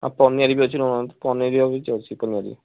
ପନିର୍ ବି ଅଛି ନଉ ନାହାନ୍ତି ପନିର୍ ଅଛି ପନିର୍